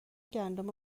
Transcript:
گندم